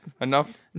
Enough